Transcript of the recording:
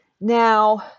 Now